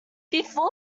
before